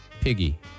Piggy